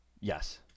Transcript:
Yes